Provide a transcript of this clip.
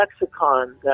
lexicon